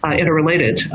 interrelated